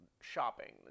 shopping